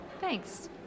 Thanks